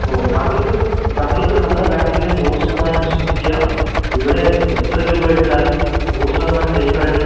ഓ താങ്കൾക്ക് താങ്കൾക്ക് നമ്മുടെ ബാങ്കിനെ നൂറ് ശതമാനം വിശ്വസിക്കാം ഇവിടെ എത്ര രൂപ ഇട്ടാലും നൂറ് ശതമാനം സേഫ് ആയിട്ട്